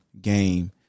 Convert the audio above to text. game